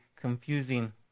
confusing